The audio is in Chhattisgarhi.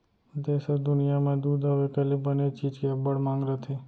देस अउ दुनियॉं म दूद अउ एकर ले बने चीज के अब्बड़ मांग रथे